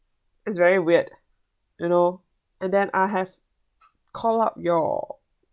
it's very weird you know and then I have called up your